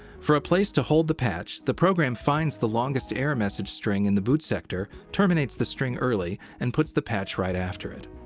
for a place to hold the patch, the program finds the longest error message string in the boot sector, terminates the string early, and puts the patch right after it.